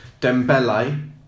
Dembele